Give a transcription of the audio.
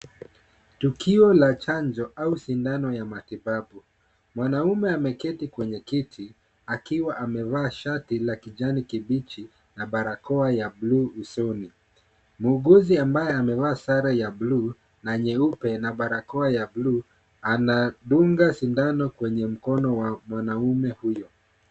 Tukio la chanjo au sindano ya matibabu. mwanaume ameketi kwenye kiti akiwa amevaa shati la kijani kibichi na barakoa ya bluu usoni. Muuguzi ambaye amevaa sare ya bluu na nyeupe na barakoa ya bluu anadunga sindano kwenye mkono wa mwanaume huyo.